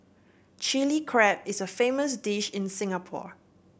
Chilli Crab is a famous dish in Singapore